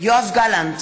יואב גלנט,